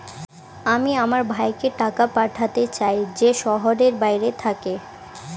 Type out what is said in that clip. আমি আমার ভাইকে টাকা পাঠাতে চাই যে শহরের বাইরে থাকে